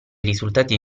risultati